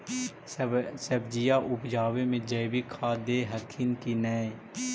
सब्जिया उपजाबे मे जैवीक खाद दे हखिन की नैय?